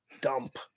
dump